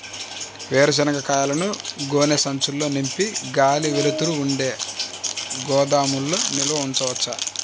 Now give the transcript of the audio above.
వేరుశనగ కాయలను గోనె సంచుల్లో నింపి గాలి, వెలుతురు ఉండే గోదాముల్లో నిల్వ ఉంచవచ్చా?